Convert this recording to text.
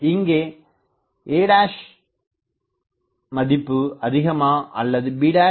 இங்கே a மதிப்பு அதிகமா அல்லது b